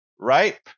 right